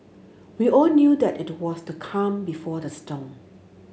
we all knew that it was the calm before the storm